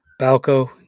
Balco